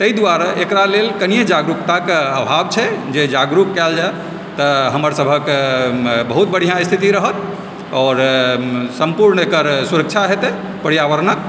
तहि दुआरे एकरा लेल कनिए जागरूकता कऽ आभाव छै जे जागरूक कयल जाय तऽ हमर सभक बहुत बढ़िआँ स्थिति रहत आओर सम्पूर्ण एकर सुरक्षा हेतय पर्यावरणक